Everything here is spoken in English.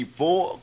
four